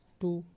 two